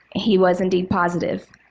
he was indeed positive.